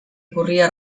corria